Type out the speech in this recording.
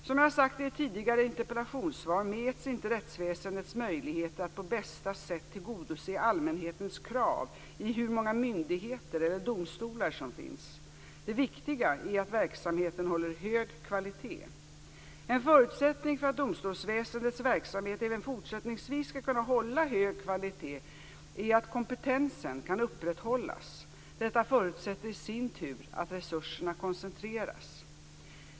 Som jag sagt i ett tidigare interpellationssvar mäts inte rättsväsendets möjligheter att på bästa sätt tillgodose allmänhetens krav i hur många myndigheter eller domstolar som finns. Det viktiga är att verksamheten håller hög kvalitet. En förutsättning för att domstolsväsendets verksamhet även fortsättningsvis skall kunna hålla hög kvalitet är att kompetensen kan upprätthållas. Detta förutsätter i sin tur att resurserna koncentreras.